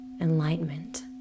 enlightenment